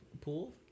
pool